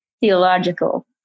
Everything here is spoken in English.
theological